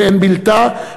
ואין בלתה,